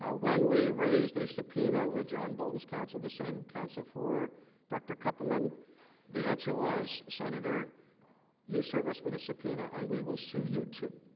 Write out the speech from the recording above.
ah when we raise the subpoena with john boles council the same council four dr. koppelman the answer was senator you service for the subpoena and we will sue u two,